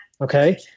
okay